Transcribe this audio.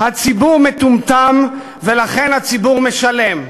"הציבור מטומטם ולכן הציבור משלם".